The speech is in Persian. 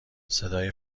صدای